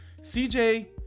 CJ